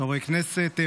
חברי הכנסת,